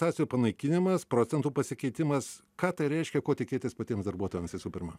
tas jų panaikinimas procentų pasikeitimas ką tai reiškia ko tikėtis patiem darbuotojams visų pirma